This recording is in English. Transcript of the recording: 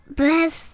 bless